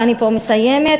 ואני מסיימת,